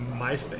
MySpace